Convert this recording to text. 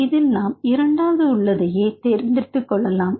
இதில் நாம் இரண்டாவது உள்ளதையே தேர்ந்தெடுத்துக் கொள்ளலாம்